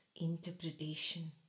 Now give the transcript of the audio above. interpretation